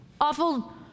awful